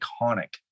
iconic